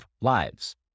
lives